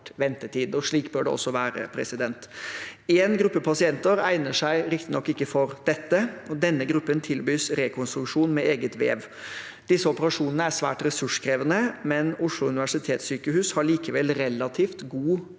Slik bør det også være. Én gruppe pasienter egner seg riktignok ikke for dette. Denne gruppen tilbys rekonstruksjon med eget vev. Disse operasjonene er svært ressurskrevende, men Oslo universitetssykehus har likevel relativt god